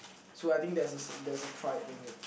so I think there's a there's a pride in it